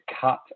cut